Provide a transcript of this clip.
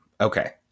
Okay